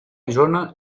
isona